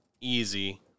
easy